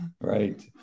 right